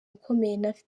ukomeye